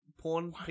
porn